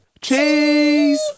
Cheese